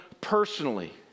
personally